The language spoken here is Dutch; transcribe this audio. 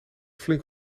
flink